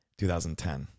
2010